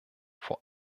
vor